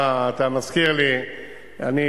אתה מזכיר לי,